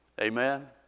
Amen